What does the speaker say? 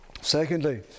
Secondly